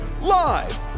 Live